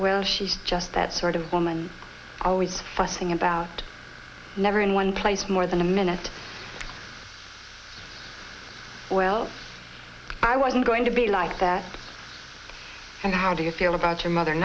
well she's just that sort of woman always fussing about never in one place more than a minute well i wasn't going to be like that and how do you feel about your mother